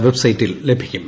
വെബ്സൈറ്റിൽ ലഭിക്കും